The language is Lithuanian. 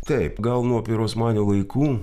taip gal nuo pirosmanio laikų